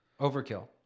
Overkill